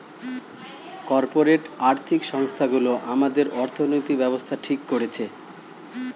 corporate আর্থিক সংস্থানগুলো আমাদের অর্থনৈতিক ব্যাবস্থা ঠিক করছে